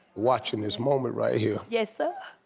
watchin' this moment right here. yes, sir.